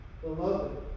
Beloved